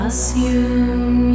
Assume